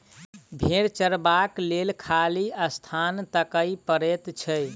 भेंड़ चरयबाक लेल खाली स्थान ताकय पड़ैत छै